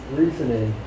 reasoning